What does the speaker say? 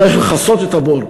צריך לכסות את הבור.